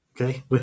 okay